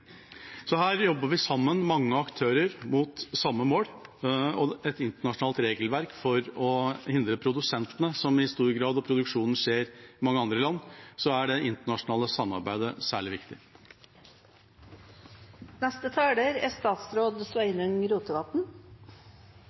Så her jobber vi sammen – mange aktører mot samme mål – om et internasjonalt regelverk. For å hindre produksjonen, som i stor grad skjer i andre land, er det internasjonale samarbeidet særlig viktig. Regjeringa prioriterer høgt å fase ut miljøgifter i forbrukarprodukt. Det er